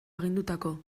agindutako